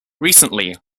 recently